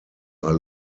are